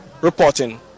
reporting